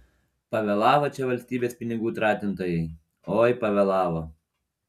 pavėlavo čia valstybės pinigų tratintojai oi pavėlavo